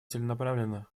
целенаправленно